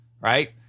right